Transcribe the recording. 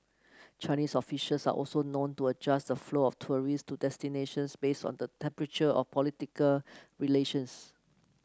Chinese officials are also known to adjust the flow of tourist to destinations based on the temperature of political relations